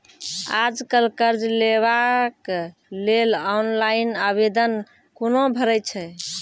आज कल कर्ज लेवाक लेल ऑनलाइन आवेदन कूना भरै छै?